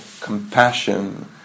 compassion